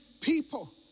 people